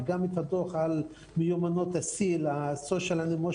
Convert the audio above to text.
וגם הדוח על מיומנויות ה-S.I.L social and emotional